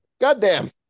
goddamn